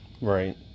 Right